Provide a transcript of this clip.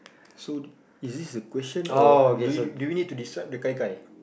so is this a question or do you do you need to decide the Gai-Gai